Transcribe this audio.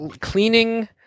cleaning